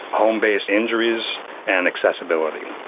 home-based injuries and accessibility.